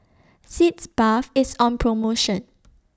Sitz Bath IS on promotion